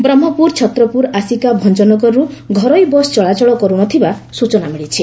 ବ୍ରହ୍କପୁର ଛତ୍ରପୁର ଆସିକା ଭଞ୍ଞନଗରରୁ ଘରୋଇ ବସ୍ ଚଳାଚଳ କରୁନଥିବା ସୂଚନା ମିଳିଛି